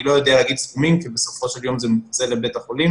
אני לא יודע להגיד סכומים כי בסופו של יום זה מוקצה לבית החולים